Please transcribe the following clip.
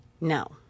No